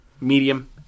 medium